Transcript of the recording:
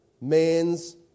man's